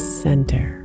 center